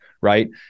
Right